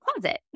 closet